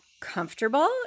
comfortable